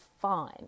fine